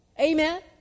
Amen